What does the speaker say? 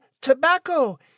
tobacco